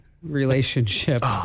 relationship